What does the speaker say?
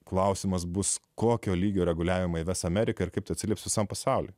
klausimas bus kokio lygio reguliavimą įves amerika ir kaip tai atsilieps visam pasauliui